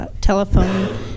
Telephone